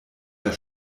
herr